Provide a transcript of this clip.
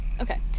Okay